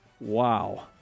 wow